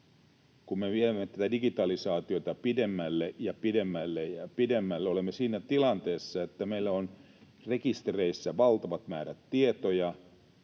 Kun me viemme tätä digitalisaatiota pidemmälle ja pidemmälle ja pidemmälle, olemme siinä tilanteessa, että meillä on rekistereissä valtavat määrät tietoja,